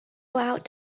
out